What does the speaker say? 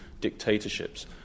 dictatorships